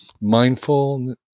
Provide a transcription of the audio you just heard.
mindful